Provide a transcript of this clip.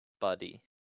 buddy